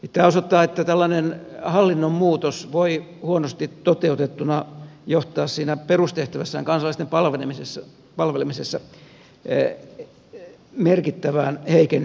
tämä osoittaa että tällainen hallinnonmuutos voi huonosti toteutettuna johtaa siinä perustehtävässään kansalaisten palvelemisessa merkittävään heikennykseen